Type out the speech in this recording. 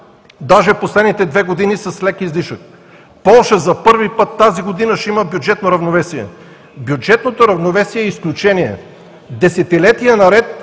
в последните две години с лек излишък. За първи път тази година Полша ще има бюджетно равновесие. Бюджетното равновесие е изключение, десетилетия наред